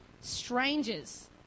strangers